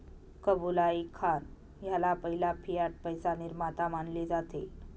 Kublai Khan ह्याला पहिला fiat पैसा निर्माता मानले जाते